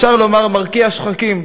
אפשר לומר מרקיע שחקים.